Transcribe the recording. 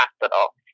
hospital